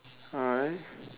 alright